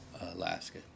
Alaska